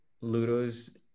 Ludo's